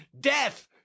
death